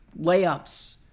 layups